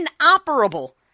inoperable